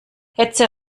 hetze